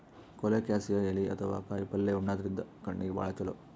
colocasia ಎಲಿ ಅಥವಾ ಕಾಯಿಪಲ್ಯ ಉಣಾದ್ರಿನ್ದ ಕಣ್ಣಿಗ್ ಭಾಳ್ ಛಲೋ